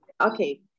Okay